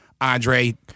Andre